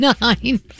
nine